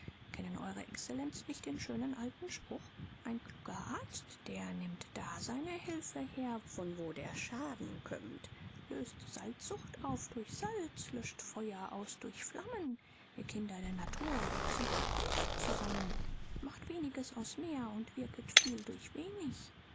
kennen eure exzellenz nicht den schönen alten spruch ein kluger arzt der nimmt da seine hilfe her von wo der schaden kömmt löst salzsucht auf durch salz löscht feuer aus durch flammen ihr kinder der natur ihr zieht die kunst zusammen macht weniges aus viel und wirket viel durch wenig